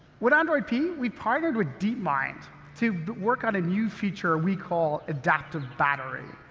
with android p we partnered with deep mind to work on a new feature we call adaptive battery.